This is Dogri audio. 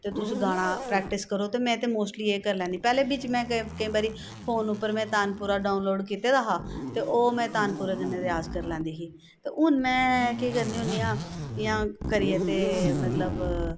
ते तुस गाना प्रैक्टिस करो में ते मोस्टली एह् करी लैन्नी पैहलें बिच्च मैं केईं बारी फ़ोन उप्पर में तानपुरा डाउनलोड कीते दा हा ओह् में तानपुरा कन्नै रयाज करी लैंदी ही ते हून में केह् करनी होन्नी आं इ'यां करियै ते मतलब